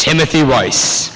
timothy rice